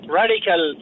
radical